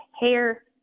hair